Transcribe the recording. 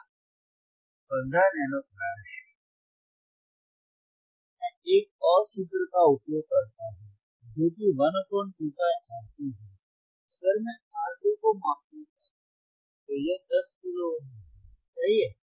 अगर मैं एक और सूत्र का उपयोग करता हूं जो कि 1 2πRC है अगर मैं R2 को मापना चाहता हूं तो यह 10 किलो ओम होगा सही है